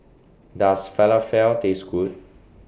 Does Falafel Taste Good